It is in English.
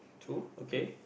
two okay